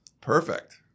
Perfect